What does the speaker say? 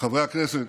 חברי הכנסת,